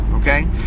Okay